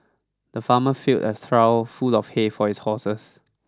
the farmer filled a trough full of hay for his horses